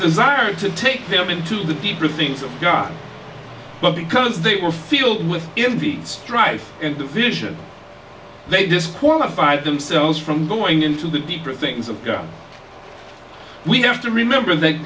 desire to take him into the deeper things of god but because they were filled with empty strife and division they disqualify themselves from going into the deeper things of god we have to remember that